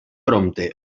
prompte